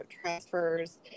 transfers